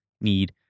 need